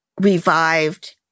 revived